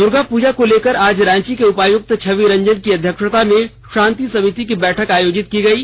दुर्गापूजा को लेकर आज रांची के उपायुक्त छवि रंजन की अध्यक्षता में शांति समिति की बैठक आयोजित की गयी